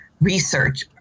research